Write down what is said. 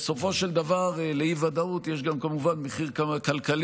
בסופו של דבר לאי-ודאות יש כמובן גם מחיר כלכלי,